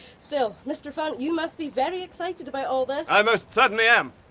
still! mr funn, you must be very excited about all this! i most certainly am!